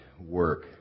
work